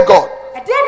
God